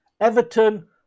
Everton